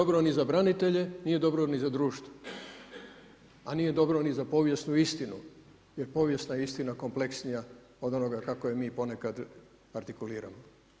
Nije dobro ni za branitelje, nije dobro ni za društvo, a nije dobro ni za povijesnu istinu jer povijesna istina je kompleksnija od onoga kako je mi ponekad artikuliramo.